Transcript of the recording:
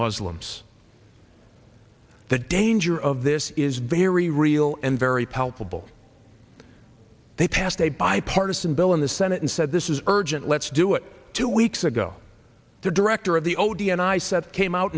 muslims the danger of this is very real and very palpable they passed a bipartisan bill in the senate and said this is urgent let's do it two weeks ago the director of the odeon i said came out